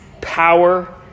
power